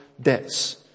debts